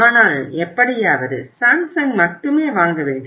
ஆனால் எப்படியாவது சாம்சங் மட்டுமே வாங்க வேண்டும்